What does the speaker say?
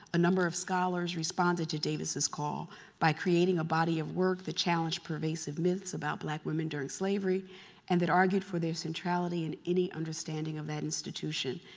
a number of scholars responded to davis' call by creating a body of work that challenged pervasive myths about black women during slavery and that argued for this in centrality in any understanding of that institution.